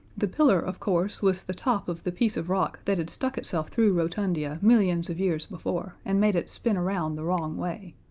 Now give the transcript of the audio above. the pillar, of course, was the top of the piece of rock that had stuck itself through rotundia millions of years before, and made it spin around the wrong way.